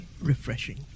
Refreshing